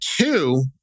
two